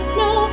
Snow